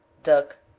duck,